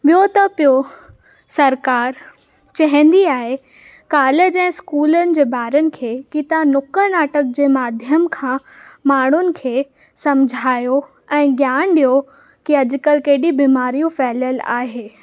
ॿियो त पियो सरकारु चवंदी आहे कालेज ऐं स्कूलनि जे ॿारनि खे की तव्हां नुकड़ नाटक जे माध्यम खां माण्हुनि खे सम्झायो ऐं ज्ञानु ॾियो कि अॼुकल्ह केॾी बीमारियूं फैलियलु आहे